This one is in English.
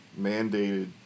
mandated